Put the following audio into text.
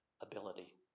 ability